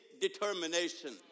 determination